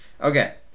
Okay